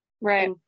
right